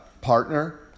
partner